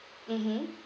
mmhmm